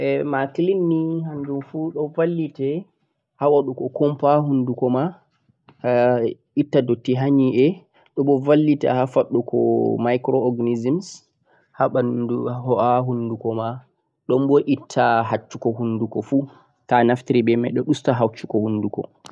maclean ni do vallite ha wadugo komba ha hunduko ma itta dutti ha nyi'e do boh valleta ha faddugo micoorganism ha hunduko ma dun boh itta hacchugo hunduko fuu to a naftiri beh mai do usta hacchugo hunduko